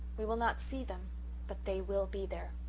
we will not see them but they will be there!